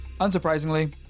Unsurprisingly